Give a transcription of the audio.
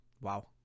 Wow